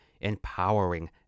empowering